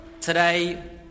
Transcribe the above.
Today